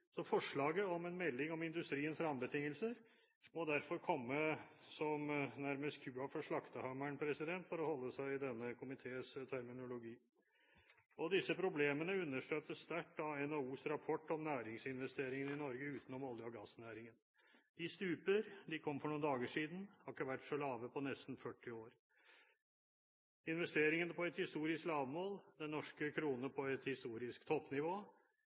Så forslaget om en melding om industriens rammebetingelser må derfor komme nærmest som kua for slaktehammeren, for å holde meg i denne komités terminologi. Disse problemene understøttes sterkt av NHOs rapport om næringsinvesteringene i Norge utenom olje- og gassnæringen. De stuper – tallene kom for noen dager siden – de har ikke vært så lave på nesten 40 år. Investeringene er på et historisk lavmål, og den norske krone er på et historisk toppnivå.